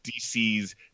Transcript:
DC's